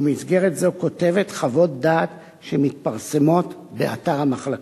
ובמסגרת זו כותבת חוות דעת שמתפרסמות באתר המחלקה.